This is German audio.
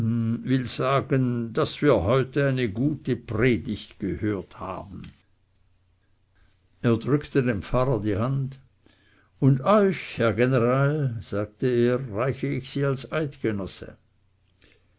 will sagen daß wir heute eine gute predigt gehört haben er drückte dem pfarrer die hand und euch herr general sagte er reiche ich sie als eidgenosse